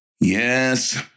Yes